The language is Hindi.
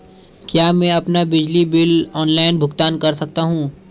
क्या मैं अपना बिजली बिल ऑनलाइन भुगतान कर सकता हूँ?